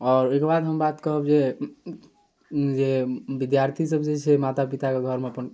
आओर ओहिके बाद हम बात कहब जे जे विद्यार्थीसभ जे छै माता पिताके घरमे अपन